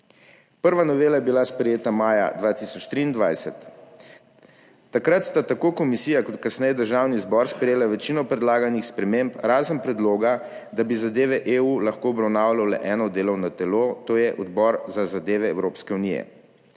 Prva novela je bila sprejeta maja 2023. Takrat sta tako komisija kot kasneje Državni zbor sprejela večino predlaganih sprememb, razen predloga da bi zadeve EU lahko obravnavalo le eno delovno telo, to je Odbor za zadeve Evropske unije.